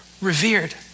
revered